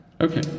Okay